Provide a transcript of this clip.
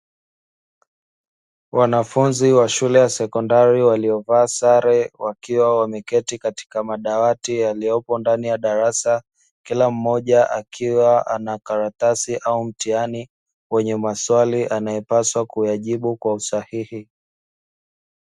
Wanafunzi wa shule ya sekondari waliovaa sare, wakiwa wameketi katika madawati yaliyopo ndani ya darasa, kila mmoja akiwa anakaratasi au mtihani, wenye maswali anayopaswa kuyajibu kwa usahihi.